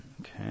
Okay